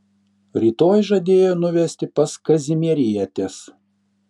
rytoj žadėjo nuvesti pas kazimierietes